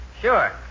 Sure